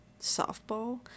softball